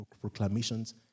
proclamations